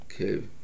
Okay